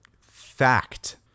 fact